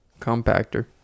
compactor